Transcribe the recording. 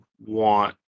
want